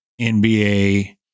NBA